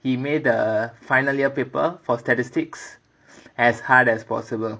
he made the final year paper for statistics as hard as possible